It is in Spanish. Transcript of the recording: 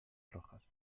rojas